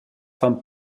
fan